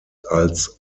als